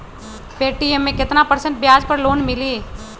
Paytm मे केतना percent ब्याज पर लोन मिली?